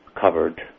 covered